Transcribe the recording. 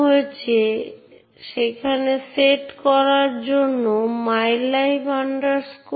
সঞ্চিত লবণের সাথে পাসওয়ার্ড এবং ফলাফলটি পাসওয়ার্ডের হ্যাশ হিসাবে পরিচিত